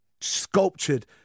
sculptured